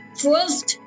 first